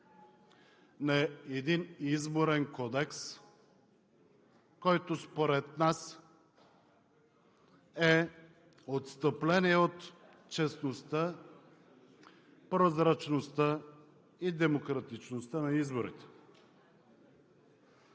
на един Изборен кодекс, който според нас е отстъпление от честността, прозрачността и демократичността на изборите.